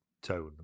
Tone